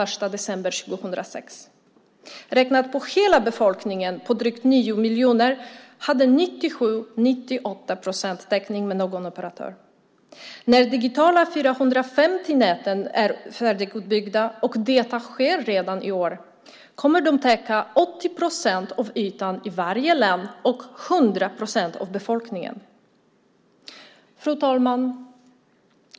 Räknat på hela befolkningen på drygt nio miljoner hade 97-98 procent täckning genom någon operatör. När de digitala 450-näten är färdigutbyggda, vilket sker redan i år, kommer de att täcka 80 procent av ytan i varje län och nå 100 procent av befolkningen. Fru talman!